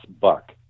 buck